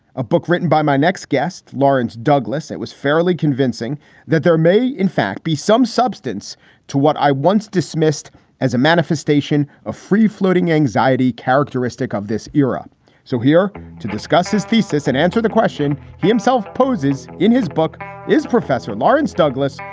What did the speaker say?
a book written by my next guest, lawrence douglas. it was fairly convincing that there may, in fact, be some substance to what i once dismissed as a manifestation of free floating anxiety characteristic of this era so here to discuss his thesis and answer the question he himself poses in his book is professor lawrence douglas,